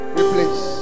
replace